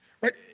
right